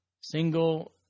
single